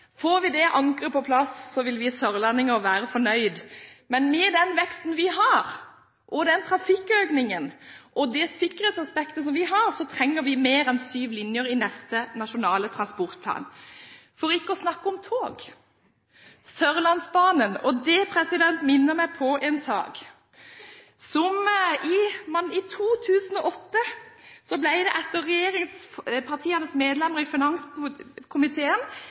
Får vi det ankeret på plass, vil vi sørlendinger være fornøyd. Men med den veksten vi har, den trafikkøkningen og det sikkerhetsaspektet vi har, trenger vi mer enn syv linjer i neste Nasjonal transportplan. Så vil jeg snakke om tog – Sørlandsbanen. Det minner meg på en sak. I 2008 ble det av regjeringspartienes medlemmer i